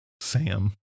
Sam